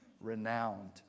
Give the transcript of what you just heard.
renowned